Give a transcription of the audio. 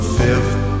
fifth